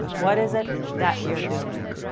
what is it that you're doing?